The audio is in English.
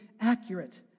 accurate